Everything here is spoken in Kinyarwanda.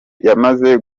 yamaze